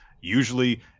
usually